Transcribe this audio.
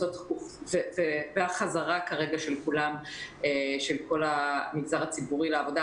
והחזרה של כל המגזר הציבורי לעבודה,